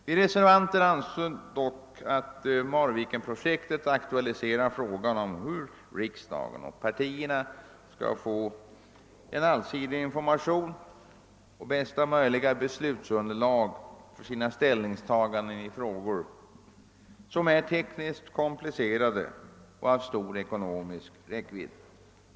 Vi reservanter menar dock att Marvikenprojektet aktualiserar frågan om hur riksdagen och partierna skall kunna fä en allsidig information och bästa möjliga beslutsunderlag för sina ställningstaganden i ärenden som är tekniskt komplicerade och av stor ekonomisk räckvidd.